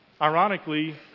Ironically